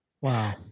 Wow